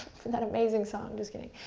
for that amazing song, just kidding.